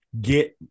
get